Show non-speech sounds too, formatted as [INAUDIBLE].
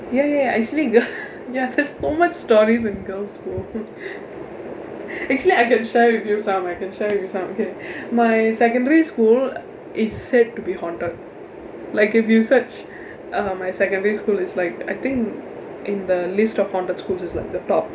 ya ya actually ya [LAUGHS] there's so much stories in girls' school actually I can share with you some I can share with you some okay my secondary school it's said to be haunted like if you search uh my secondary school it's like I think in the list of haunted schools it's like the top